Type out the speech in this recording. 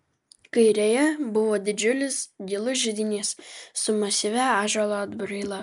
kairėje buvo didžiulis gilus židinys su masyvia ąžuolo atbraila